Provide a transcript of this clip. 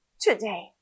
today